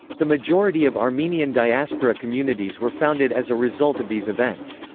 the majority of armenian diaspora communities were founded as a result of these events.